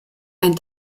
ein